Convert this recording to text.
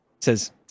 says